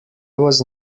was